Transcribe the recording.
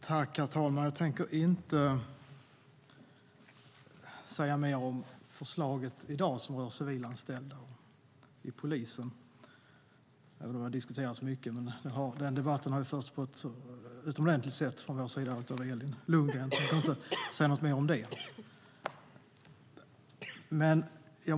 Herr talman! Jag tänker inte säga mer om förslaget som rör civilanställda vid polisen i dag. Frågan har diskuterats mycket, men den debatten har förts på ett utomordentligt sätt av Elin Lundgren för Socialdemokraterna att jag inte kommer att säga något mer om den.